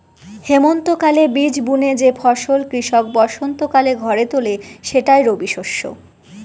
হেমন্তকালে বীজ বুনে যে ফসল কৃষক বসন্তকালে ঘরে তোলে সেটাই রবিশস্য